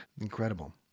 Incredible